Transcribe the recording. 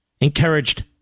encouraged